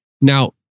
Now